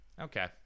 Okay